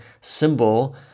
symbol